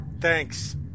Thanks